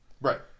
Right